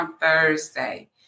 Thursday